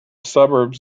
suburbs